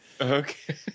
Okay